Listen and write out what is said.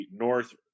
North